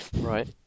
Right